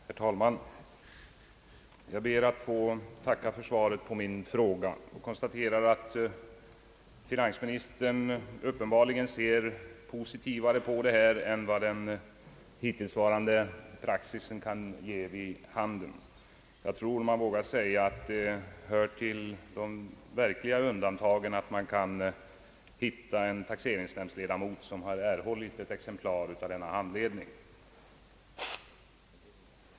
Herr talman! Jag ber att få tacka för svaret på min fråga. Jag konstaterar att finansministern uppenbarligen ser positivare på detta än vad hittillsvarande praxis kan ge vid handen. Jag tror man vågar påstå att det hör till de verkliga undantagen att finna en taxeringsnämndsledamot som erhållit ett exemplar av ifrågavarande handledning.